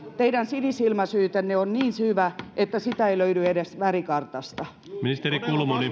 teidän sinisilmäisyytenne on niin syvä että sitä ei löydy edes värikartasta